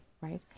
right